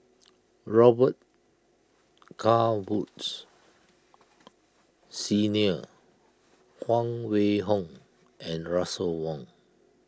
Robet Carr Woods Senior Huang Wenhong and Russel Wong